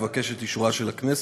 אבקש את אישורה של הכנסת.